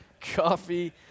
Coffee